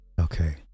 Okay